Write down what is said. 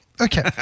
Okay